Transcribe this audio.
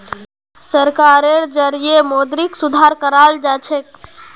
सरकारेर जरिएं मौद्रिक सुधार कराल जाछेक